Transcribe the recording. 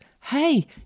hey